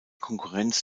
konkurrenz